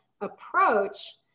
approach